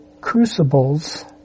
crucibles